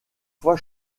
fois